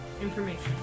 information